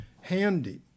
handy